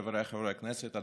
חבריי חברי הכנסת,